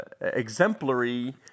exemplary